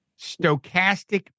Stochastic